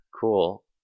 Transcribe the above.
Cool